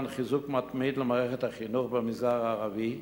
חיזוק מתמיד למערכת החינוך במגזר הערבי,